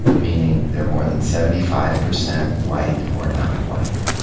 meaning they're more than seventy five percent white or non-white.